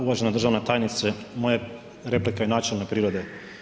Uvažena državna tajnice, moja replika je načelne prirode.